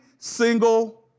single